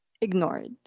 ignored